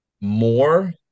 more